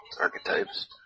archetypes